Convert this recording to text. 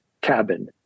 Cabin